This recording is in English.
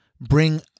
bring